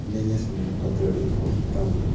ꯃꯦꯅꯦꯖꯃꯦꯟꯕꯨ ꯐꯠꯇ꯭ꯔꯕꯗꯤ ꯍꯣꯁꯄꯤꯇꯥꯜꯗꯣ